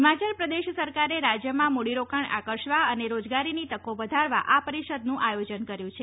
હિમાચલ પ્રદેશ સરકારે રાજ્યમાં મૂડીરોકાણ આકર્ષવા અને રોજગારીની તકો વધારવા આ પરિષદનું આયોજન કર્યું છે